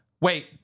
wait